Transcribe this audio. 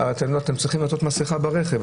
"אתם צריכים לעטות מסכה ברכב,